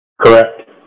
Correct